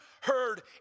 heard